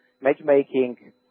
matchmaking